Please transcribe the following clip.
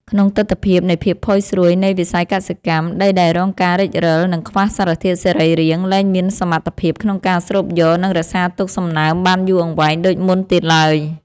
ក្នុងទិដ្ឋភាពនៃភាពផុយស្រួយនៃវិស័យកសិកម្ម ដីដែលរងការរិចរឹល និងខ្វះសារធាតុសរីរាង្គ លែងមានសមត្ថភាពក្នុងការស្រូបយក និងរក្សាទុកសំណើមបានយូរអង្វែងដូចមុនទៀតឡើយ។